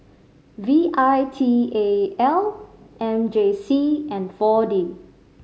V I T A L M J C and Four D